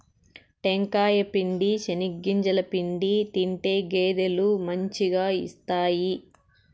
టెంకాయ పిండి, చెనిగింజల పిండి తింటే గేదెలు మంచిగా ఇస్తాయి